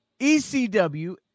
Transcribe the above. ECW